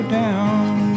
down